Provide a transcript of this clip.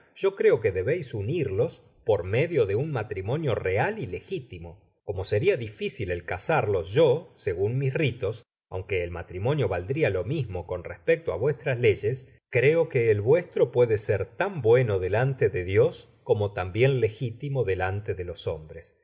yo creo que debeis unirlos por medio de un matrimonio real y legítimo como seria difícil el casarlos yo segun mis ritos aunque el matrimonio valdria lo mismo con respecto á vuestras leyes creo que el vuestro puede ser tan bueno delante de dios como tambien legítimo delante de los hombres